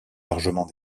largement